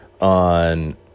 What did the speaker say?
on